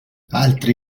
altri